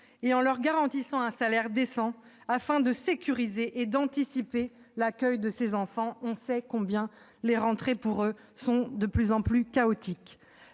et en leur garantissant un salaire décent, afin de sécuriser et d'anticiper l'accueil des enfants. On sait combien les rentrées sont de plus en plus chaotiques